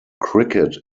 cricket